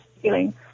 feeling